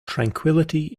tranquillity